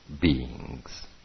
beings